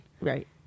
Right